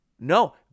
no